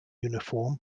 uniform